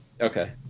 Okay